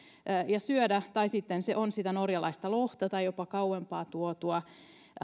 ja syödä tai sitten se on sitä norjalaista lohta tai jopa kauempaa tuotua